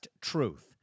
Truth